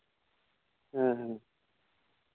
ᱦᱮᱸ